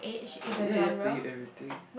I ya yes to eat everything